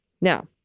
Now